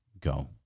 go